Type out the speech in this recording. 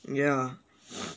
yeah